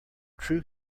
true